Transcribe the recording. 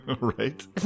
Right